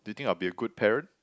do you think I'll be a good parent